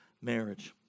marriage